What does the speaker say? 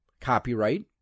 copyright